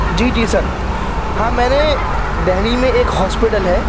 جی جی سر ہاں میں نے دہلی میں ایک ہاسپٹل ہے